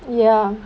ya